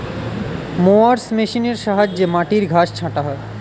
mowers মেশিনের সাহায্যে মাটির ঘাস ছাঁটা হয়